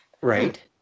Right